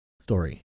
story